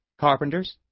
carpenters